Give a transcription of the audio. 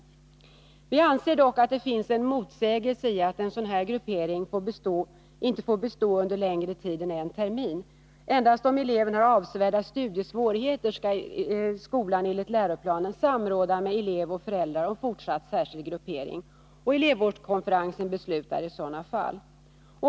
Vi anser dock att det finns en motsägelse i att en sådan gruppering inte får bestå under längre tid än en termin. Endast om eleven har avsevärda studiesvårigheter skall skolan enligt läroplanen samråda med elev och föräldrar om fortsatt särskild gruppering. Elevrådskonferensen beslutar i sådana fall.